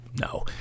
No